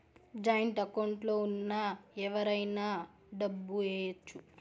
joint account లో ఉన్న ఎవరైనా డబ్బు ఏయచ్చు